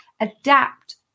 adapt